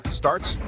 starts